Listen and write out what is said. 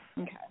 Okay